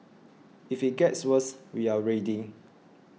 if it gets worse we are ready